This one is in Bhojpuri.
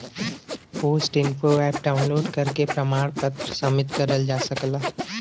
पोस्ट इन्फो एप डाउनलोड करके प्रमाण पत्र सबमिट करल जा सकला